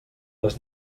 les